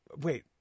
Wait